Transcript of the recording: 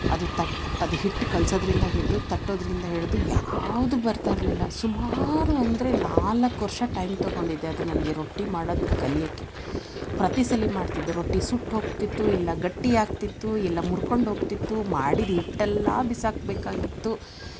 ಅದು ತಟ್ಟಿ ಅದು ಹಿಟ್ಟು ಕಲ್ಸೋದರಿಂದ ಹಿಡಿದು ತಟ್ಟೋದರಿಂದ ಹಿಡಿದು ಯಾವುದೂ ಬರ್ತಾ ಇರಲಿಲ್ಲ ಸುಮಾರು ಅಂದರೆ ನಾಲ್ಕು ವರ್ಷ ಟೈಮ್ ತಗೊಂಡಿದ್ದೆ ಅದು ನನಗೆ ರೊಟ್ಟಿ ಮಾಡದು ಕಲಿಯಕ್ಕೆ ಪ್ರತಿ ಸಲಿ ಮಾಡ್ತಿದ್ದೆ ರೊಟ್ಟಿ ಸುಟ್ಟು ಹೋಗ್ತಿತ್ತು ಇಲ್ಲ ಗಟ್ಟಿ ಆಗ್ತಿತ್ತು ಇಲ್ಲ ಮುರ್ಕೊಂಡು ಹೋಗ್ತಿತ್ತು ಮಾಡಿದ ಹಿಟ್ಟೆಲ್ಲಾ ಬಿಸಾಕಬೇಕಾಗಿತ್ತು